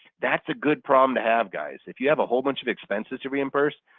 that's a good problem to have guys. if you have a whole bunch of expenses to reimburse,